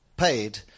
paid